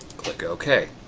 click ok.